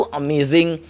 amazing